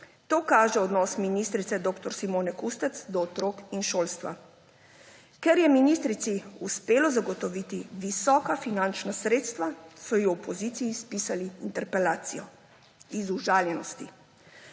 To kaže odnos ministrice dr. Simone Kustec do otrok in šolstva. Ker je ministrici uspelo zagotoviti visoka finančna sredstva, so ji v opoziciji spisali interpelacijo. Iz užaljenosti.